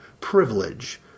privilege